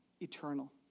eternal